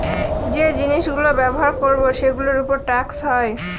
যে জিনিস গুলো ব্যবহার করবো সেগুলোর উপর ট্যাক্স হয়